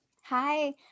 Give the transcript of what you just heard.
Hi